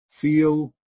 feel